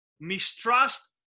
mistrust